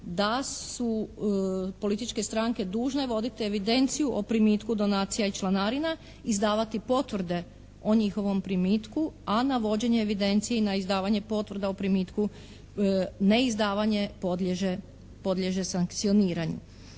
da su političke stranke dužne voditi evidenciju o primitku donacija i članarina, izdavati potvrde o njihovom primitku, a na vođenje evidencije i na izdavanje potvrda o primitku ne izdavanje podliježe sankcioniranju.